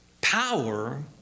power